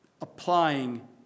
applying